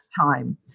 time